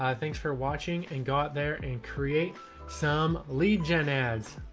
ah thanks for watching and got there and create some lead gen ads.